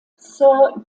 sir